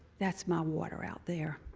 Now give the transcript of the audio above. that's my water out there.